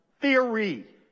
theory